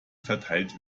verteilt